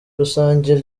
rusange